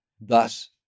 thus